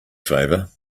favor